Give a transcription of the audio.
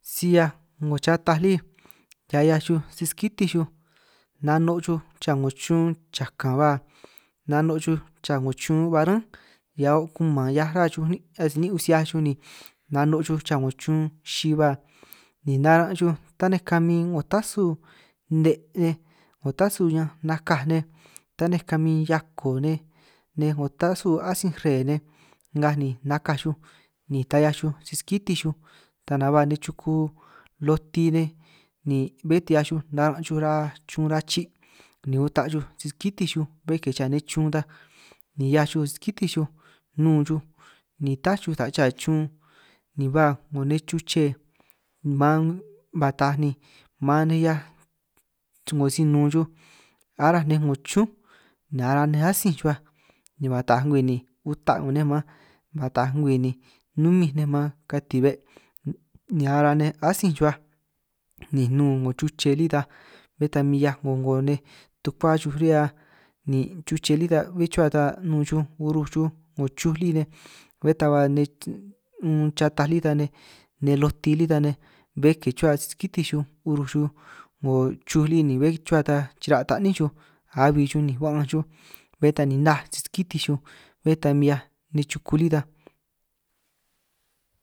Si 'hiaj 'ngo xataj lí hia 'hiaj si-skitinj xuj nano' xuj chaa 'ngo chun chakan ba nano' chuj cha 'ngo chun ba rán, hia o' kuman hiaj ruhua xuj ní' asij nin' un si 'hiaj xuj ni nano' xuj cha 'ngo chun xi ba, ni naran' xuj tanej kamin 'ngo tasu nej 'ngo tasu nne, 'ngo tasu ñanj nakaj tanej kamin hiako' nej 'ngo tasu atsíj re'e nej, ngaj ni nakaj xuj ni ta 'hiaj xuj si-skitinj xuj ta nanj ba nej chuku loti nej, ni bé ta 'hia xuj naran' xuj ra'a chun rachi' ni uta' xuj si-skítinj xuj, bé ke chaa nej chun ta ni 'hiaj xuj si-skitinj xuj nun xuj ni tá xuj ta chaa chun, ni ba 'ngo nej chuche man ba taaj ni maan nej 'hiaj chrun 'ngo si nun xuj, aráj nej 'ngo chúnj ni ara nej atsi chuhuaj ni ba taaj ngwii ni uta' 'ngo nej maan ba taaj ngwii numin nej man, katin' be' ni ara nej atsij chuhua ni nun 'ngo chuche lí ta, bé ta min 'hiaj 'ngo 'ngo nej tukua chuj ri'hia ni chuche lí ta, bé chuhua ta nun xuj uruj xuj 'ngo chuj lí nej bé ta ba nej chataj lí ta nej, loti lí ta nej bé ke chuhua si-skitinj chuj uruj 'ngo chuj lí ni bé ke chuhua xuj ta chira' abi chuj ni ba'anj xuj, bé ta ni naj si-skitinj xuj bé ta min 'hiaj nej chuku lí ta.